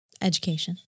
Education